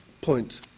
point